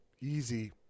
easy